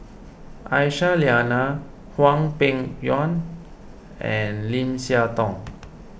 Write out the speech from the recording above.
Aisyah Lyana Hwang Peng Yuan and Lim Siah Tong